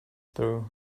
through